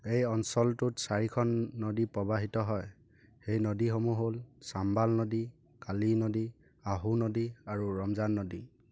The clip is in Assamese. এই অঞ্চলটোত চাৰিখন নদী প্ৰৱাহিত হয় সেই নদীসমূহ হ'ল চাম্বাল নদী কালি নদী আহু নদী আৰু ৰমজান নদী